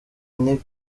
nti